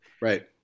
Right